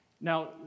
Now